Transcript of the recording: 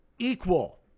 equal